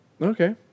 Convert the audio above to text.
Okay